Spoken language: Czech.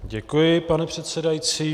Děkuji, pane předsedající.